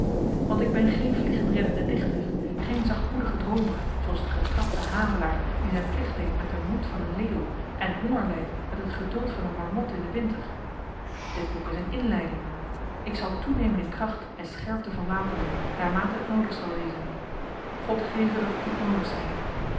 want ik ben geen vliegenreddende dichter geen zachtmoedige droomer zooals de getrapte havelaar die zyn plicht deed met den moed van een leeuw en honger lydt met het geduld van een marmot in den winter dit boek is een inleiding ik zal toenemen in kracht en scherpte van wapenen naarmate het noodig zal wezen god geve dat het niet noodig zy